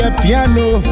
piano